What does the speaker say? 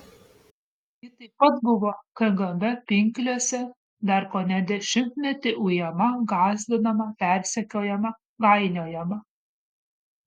ji taip pat buvo kgb pinklėse dar kone dešimtmetį ujama gąsdinama persekiojama gainiojama